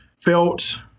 felt